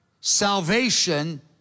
salvation